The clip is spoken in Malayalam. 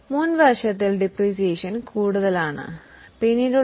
അതിനാൽ ആദ്യ വർഷങ്ങളിൽ ഡിപ്രീസിയേഷൻ കൂടുതൽ ആണ്